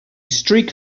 streak